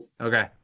Okay